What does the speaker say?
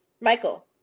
Michael